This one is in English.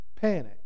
panic